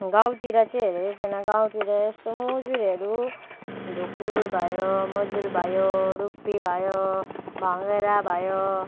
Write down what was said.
गाउँतिर चाहिँ हेरेको छैन गाउँतिर मुजुरहरू ढुक्कुर भयो मुजुर भयो रुप्पी भयो भङ्गेरा भयो